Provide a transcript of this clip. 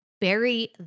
Bury